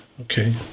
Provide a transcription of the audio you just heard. okay